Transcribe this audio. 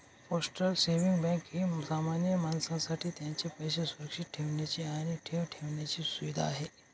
postal saving bank ही सामान्य माणसासाठी त्यांचे पैसे सुरक्षित ठेवण्याची आणि ठेव ठेवण्याची सुविधा आहे